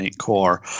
Core